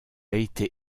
été